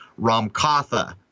Ramkatha